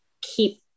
keep